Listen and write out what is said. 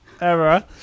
error